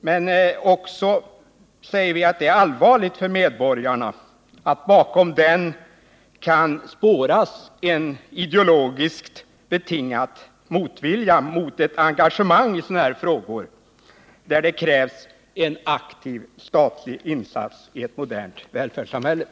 Men vi säger också att det är allvarligt för medborgarna att det kan spåras en ideologiskt betingad motvilja mot ett engagemang i sådana här frågor, där det i ett modernt välfärdssamhälle som vårt krävs en aktiv statlig insats.